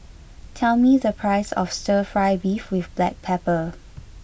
tell me the price of stir fry beef with black pepper